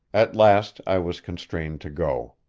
at last i was constrained to go.